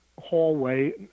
hallway